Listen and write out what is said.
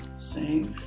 save.